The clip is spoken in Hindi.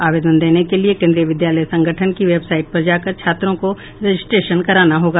आवेदन देने के लिये केंद्रीय विद्यालय संगठन की वेबसाइट पर जाकर छात्रों को रजिस्ट्रेशन कराना होगा